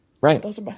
right